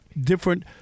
different